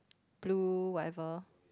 blue whatever